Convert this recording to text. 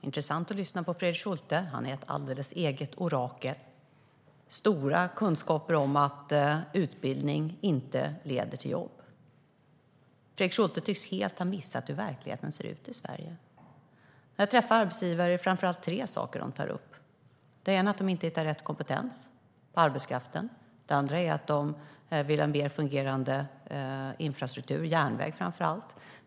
Herr talman! Det är intressant att lyssna på Fredrik Schulte. Han är ett alldeles eget orakel. Han har stora kunskaper om att utbildning inte leder till jobb. Fredrik Schulte tycks helt ha missat hur verkligheten ser ut i Sverige. När jag träffar arbetsgivare är det framför allt tre saker de tar upp. En är att de inte hittar rätt kompetens på arbetskraften. En annan är att de vill ha en mer fungerande infrastruktur, framför allt järnväg.